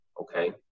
okay